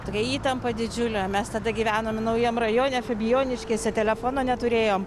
tokia įtampa didžiulė mes tada gyvenom naujam rajone fabijoniškėse telefono neturėjom